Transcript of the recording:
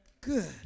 Good